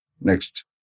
Next